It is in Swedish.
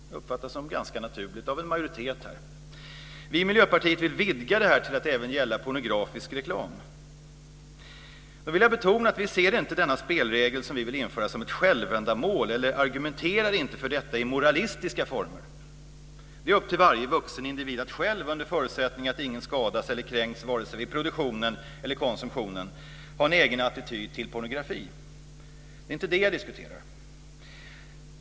Det uppfattas som ganska naturligt av en majoritet här. Vi i Miljöpartiet vill vidga det här till att även gälla pornografisk reklam. Jag vill betona att vi inte se denna spelregel som vi vill införa som ett självändamål eller argumenterar inte för detta i moralistiska former. Det är upp till varje vuxen individ att själv under förutsättning att ingen skadas eller kränks vare sig i produktionen eller i konsumtionen ha en egen attityd till pornografi. Det är inte det jag diskuterar.